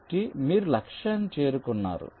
కాబట్టి మీరు లక్ష్యాన్ని చేరుకున్నారు